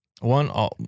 One